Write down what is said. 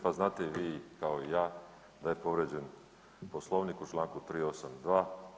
Pa znate i vi kao i ja da je povrijeđen Poslovnik u članku 382.